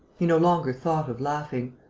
he no longer thought of laughing.